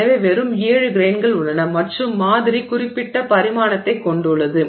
எனவே வெறும் 7 கிரெய்ன்கள் உள்ளன மற்றும் மாதிரி குறிப்பிட்ட பரிமாணத்தைக் கொண்டுள்ளது